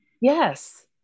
yes